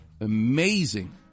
amazing